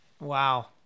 wow